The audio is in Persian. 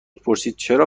پرسیدچرا